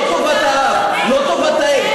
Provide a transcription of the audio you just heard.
לא טובת האב, לא טובת האם.